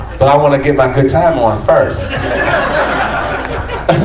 but i wanna get my good time on first. and